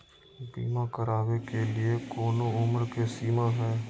बीमा करावे के लिए कोनो उमर के सीमा है?